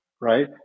right